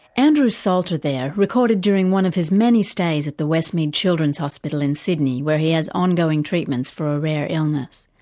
andrew salter there recorded during one of his many stays at the westmead children's hospital in sydney where he has ongoing treatments for a rare illness.